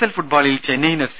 L ഫുട്ബോളിൽ Chennaiyin F